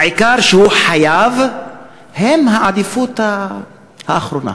העיקר, שהוא חיים, הוא העדיפות האחרונה,